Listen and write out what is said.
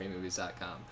freemovies.com